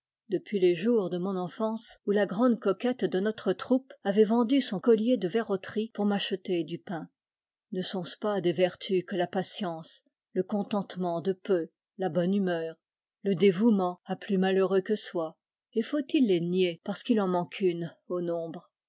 depuis les jours de mon enfance où la grande coquette de notre troupe avait vendu son collier de verroterie pour m'acheter du pain ne sont-ce pas des vertus que la patience le contentement de peu la bonne humeur le dévoûment à plus malheureux que soi et faut-il les nier parce qu'il en manque une au nombre